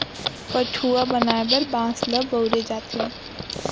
पठअउवा बनाए बर बांस ल बउरे जाथे